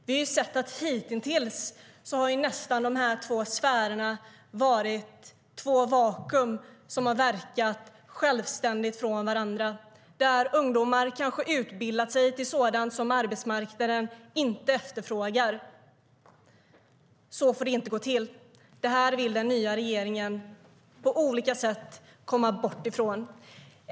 Vi har hitintills sett att de här två sfärerna nästan har varit i två vakuum. De har verkat självständigt från varandra. Ungdomar har kanske utbildat sig till sådant som arbetsmarknaden inte efterfrågar. Så får det inte gå till. Det vill den nya regeringen på olika sätt komma bort från.